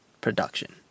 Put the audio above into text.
production